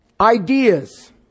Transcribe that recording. ideas